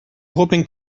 hoping